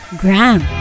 gram